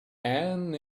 and